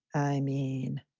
i mean,